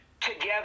together